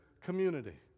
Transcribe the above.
community